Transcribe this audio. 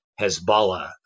Hezbollah